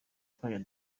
twajya